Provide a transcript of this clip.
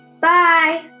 Bye